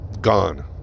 gone